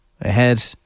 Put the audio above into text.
ahead